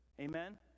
Amen